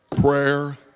prayer